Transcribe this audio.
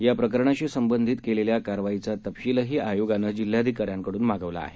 या प्रकरणाशी संबधित केलेल्या कारवाईचा तपशीलही आयोगानं जिल्हाधिकाऱ्यांकडून मागवला आहे